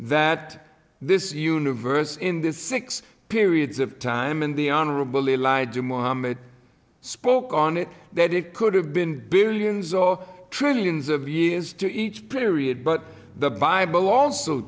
that this universe in this six periods of time in the honorable elijah muhammad spoke on it that it could have been billions or trillions of years to each period but the bible also